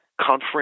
conference